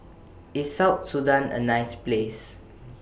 IS South Sudan A nice Place